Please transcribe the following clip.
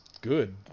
good